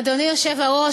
אדוני היושב-ראש,